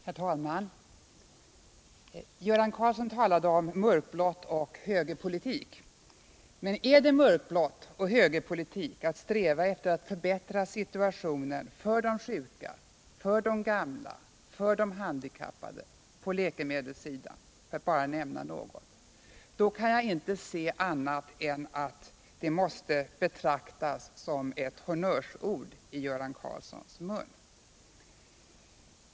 Herr talman! Göran Karlsson talade om mörkblått och högerpolitik. Men är det — för att bara ta ett exempel — mörkblått och högerpolitik att förbättra situationen på läkemedelssidan och för de sjuka, för de gamla och för de handikappade, kan jag inte förstå annat än att det måste vara honnörsord i Göran Karlssons mun.